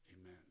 Amen